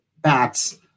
bats